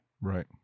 Right